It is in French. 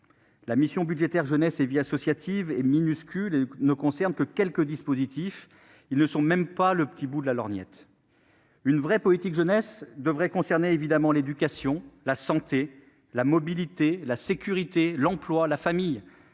la mission budgétaire « Sport, jeunesse et vie associative » sont minuscules et ne concernent que quelques dispositifs ; ils ne sont pas même le petit bout de la lorgnette ! Une vraie politique de la jeunesse devrait évidemment porter sur l'éducation, la santé, la mobilité, la sécurité, l'emploi, la famille,